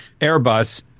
Airbus